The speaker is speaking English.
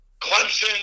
Clemson